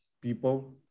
people